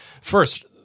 First